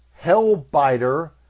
Hellbiter